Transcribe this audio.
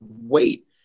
wait